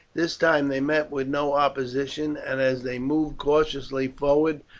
this time they met with no opposition, and as they moved cautiously forward,